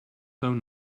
phone